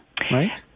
right